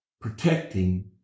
protecting